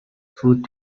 food